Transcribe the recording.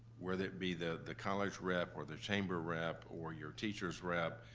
whether it be the the college rep or the chamber rep or your teachers rep,